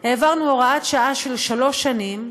העברנו הוראת שעה של שלוש שנים,